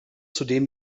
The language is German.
zudem